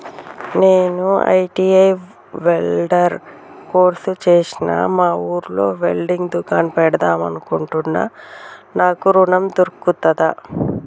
నేను ITI welder course చేశ్న మా ఊర్లో వెల్డింగ్ దుకాన్ పెడదాం అనుకుంటున్నా నాకు ఋణం దొర్కుతదా?